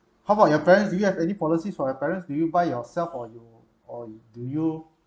how about your parents do you have any policies for your parents did you buy yourself or you or do you